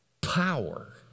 Power